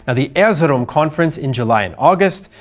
ah the erzurum conference in july and august,